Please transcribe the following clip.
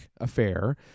affair